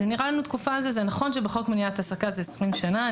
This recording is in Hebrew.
זה נכון שבחוק מניעת העסקה זה 20 שנים.